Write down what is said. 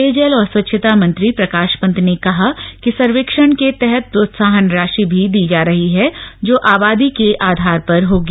पेयजल और स्वच्छता मंत्री प्रकाश पंत ने कहा कि सर्वेक्षण के तहत प्रोत्साहन राशि भी दी जा रही है जो आबादी के आधार पर होगी